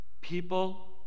People